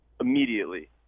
immediately